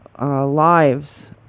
lives